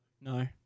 No